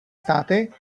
státy